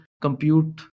compute